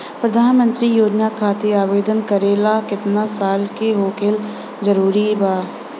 प्रधानमंत्री योजना खातिर आवेदन करे ला केतना साल क होखल जरूरी बा?